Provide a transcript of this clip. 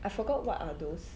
I forgot what are those